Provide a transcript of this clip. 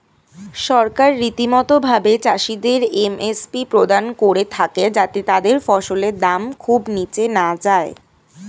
সরকার রীতিমতো ভাবে চাষিদের এম.এস.পি প্রদান করে থাকে যাতে তাদের ফসলের দাম খুব নীচে না যায়